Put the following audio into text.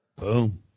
Boom